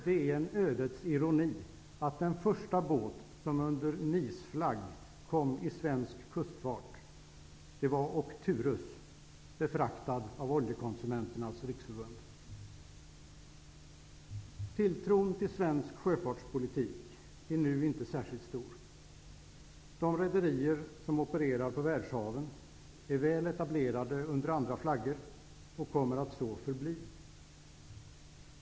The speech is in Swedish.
Det är en ödets ironi att den första båt som under Tilltron till svensk sjöfartspolitik är nu inte särskilt stor. De rederier som opererar på världshaven är väl etablerade under andra flaggor och kommer att så förbli.